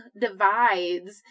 divides